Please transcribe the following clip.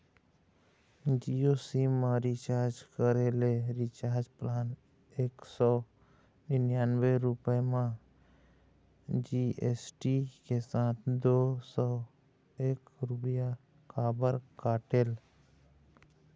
Jio sim मा recharge करे ले रिचार्ज प्लान एक सौ निन्यानबे रुपए मा जी.एस.टी के साथ दो सौ एक रुपया काबर कटेल?